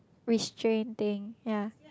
restrain thing yea